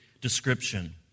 description